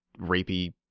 rapey